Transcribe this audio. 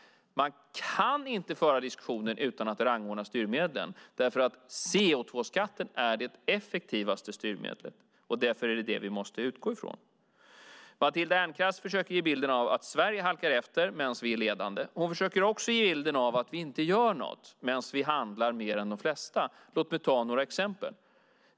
Man kan inte föra diskussioner utan att rangordna styrmedlen därför att CO2-skatten är det effektivaste styrmedlet, och därför är det den som vi måste utgå ifrån. Matilda Ernkrans försöker ge bilden av att Sverige halkar efter medan vi är ledande. Hon försöker också ge bilden av att vi inte gör något medan vi handlar mer än de flesta. Låt mig ta några exempel.